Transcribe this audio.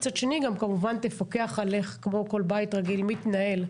מצד שני גם כמובן תפקח על איך כמו כל בית רגיל מתנהל,